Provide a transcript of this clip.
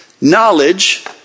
knowledge